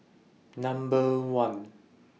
Number one